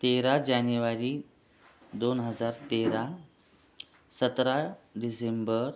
तेरा जानेवारी दोन हजार तेरा सतरा डिसेंबर